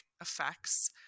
effects